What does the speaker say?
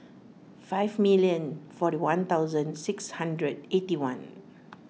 five million forty one thousand six hundred eighty one